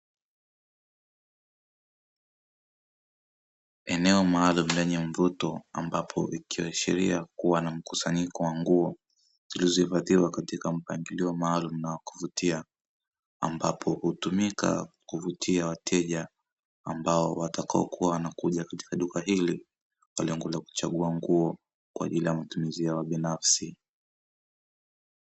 Eneo maalumu lenye mvuto ambapo likiashiria kuwa na mkusanyiko wa nguo zilizohifadhiwa katika mpangilio maalumu na wa kuvutia, ambapo hutumika kuvutia wateja ambao watakaokuwa wanakuja katika duka hili kwa lengo la kuchagua nguo kwaajili ya matumizi yao binafsi.